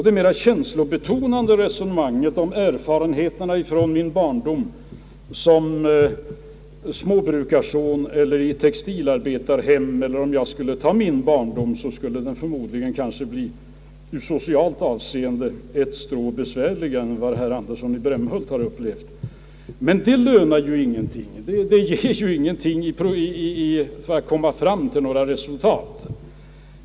Det mera känslobetonade resonemanget om herr Anderssons erfarenheter från barndomen som småbrukarson eller i textilarbetarhem — om jag skulle ta min barndom skulle den förmodligen bli i socialt avseende ett strå besvärligare än den herr Andersson i Brämhult upplevt — sger dock ingenting när det gäller att komma fram till några resultat.